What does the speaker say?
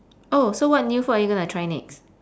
oh so what new food are you going to try next